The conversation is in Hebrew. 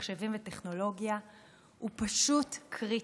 מחשבים וטכנולוגיה הוא פשוט קריטי.